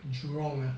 jurong ah